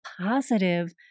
positive